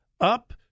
up